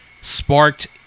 sparked